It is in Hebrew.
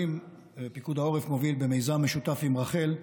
ופיקוד העורף מוביל, במיזם משותף עם רח"ל,